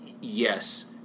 yes